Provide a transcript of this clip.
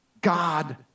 God